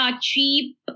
Cheap